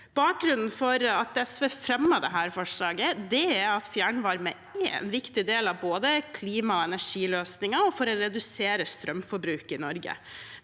Bakgrunnen for at SV fremmet dette forslaget, er at fjernvarme er en viktig del både av klima- og energiløsningene og for å redusere strømforbruket i Norge.